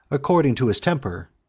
according to his temper,